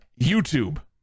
YouTube